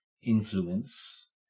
influence